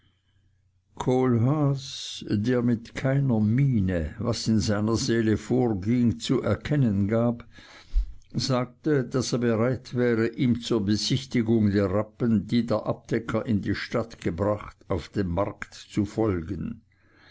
kohlhaas der mit keiner miene was in seiner seele vorging zu erkennen gab sagte daß er bereit wäre ihm zur besichtigung der rappen die der abdecker in die stadt gebracht auf den markt zu folgen